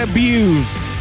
Abused